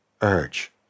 urge